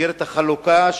במסגרת החלוקה,